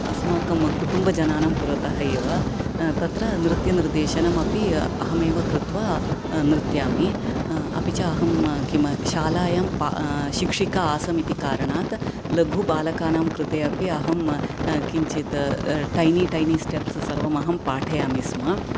अस्माकं कुटुम्बजनानां पुरतः एव तत्र नृत्यनिर्देशनमपि अहमेव कृत्वा नृत्यामि अपि अहं शालायां पा शिक्षिका आसम् इति कारणात् लघुबालाकानां कृते अपि अहं किञचित् टैनी टैनी स्टेप्स् सर्वमहं पाठयामि स्म